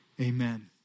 Amen